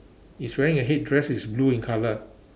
is wearing a headdress it's blue in colour